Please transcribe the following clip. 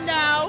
no